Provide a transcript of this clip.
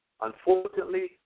Unfortunately